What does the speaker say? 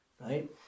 right